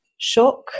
Shock